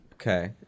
okay